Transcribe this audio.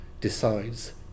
decides